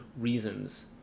reasons